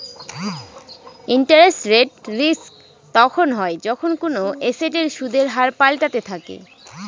interest rate risk তখন হয় যখন কোনো এসেটের সুদের হার পাল্টাতে থাকে